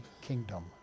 kingdom